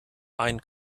ein